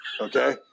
Okay